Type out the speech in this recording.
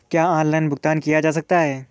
क्या ऑनलाइन भुगतान किया जा सकता है?